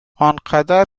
انقدر